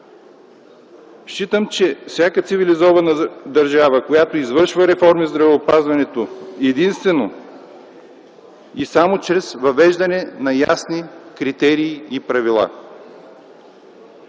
Считам, че всяка цивилизована държава, която извършва реформи в здравеопазването, трябва да ги прави единствено и само чрез въвеждане на ясни критерии и правила.